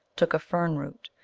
took a fern-root,